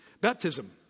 baptism